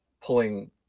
pulling